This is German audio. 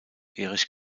erich